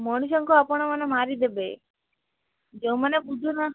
ମଣିଷଙ୍କୁ ଆପଣମାନେ ମାରିଦେବେ ଯୋଉମାନେ ବୁଝୁ ନାହା